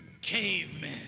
Cavemen